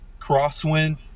crosswind